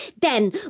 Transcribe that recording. Then